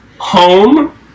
home